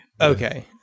Okay